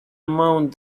among